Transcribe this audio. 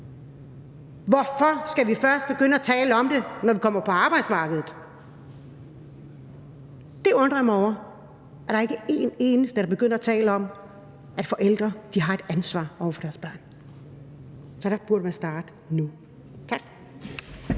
Hvorfor skal vi først begynde at tale om det, når vi kommer på arbejdsmarkedet? Det undrer jeg mig over, altså over, at der ikke er en eneste, der er begyndt at tale om, at forældre har et ansvar over for deres børn. Så der burde man starte nu. Tak.